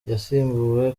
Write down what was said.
yasimbuwe